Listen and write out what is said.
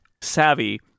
savvy